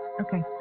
okay